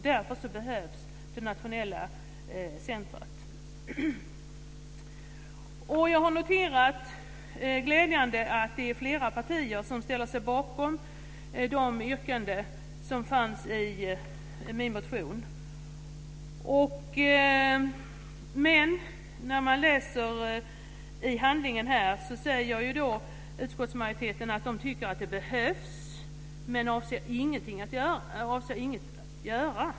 Därför behövs det nationella centrumet. Jag har med glädje noterat att det är flera partier som ställer sig bakom de yrkanden som fanns i min motion. När man läser handlingen ser man att utskottsmajoriteten säger att man tycker att detta behövs, men man avser inte att göra någonting.